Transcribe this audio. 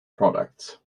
products